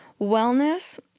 wellness